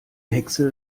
hexe